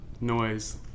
noise